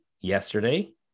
yesterday